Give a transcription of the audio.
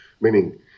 meaning